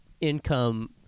income